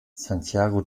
santiago